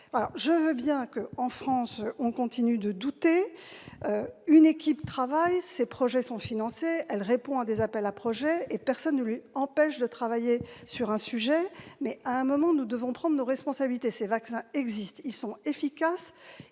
Je veux bien qu'en France on continue de douter. Une équipe travaille, ses projets sont financés, elle répond à des appels à projets et personne ne l'empêche de travailler sur ce sujet. Toutefois, à un moment donné, nous devons prendre nos responsabilités. Ces vaccins existent, ils sont efficaces